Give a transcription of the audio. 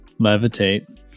levitate